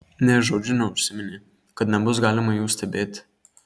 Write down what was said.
nė žodžiu neužsiminė kad nebus galima jų stebėti